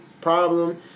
Problem